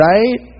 Right